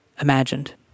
imagined